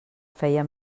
feia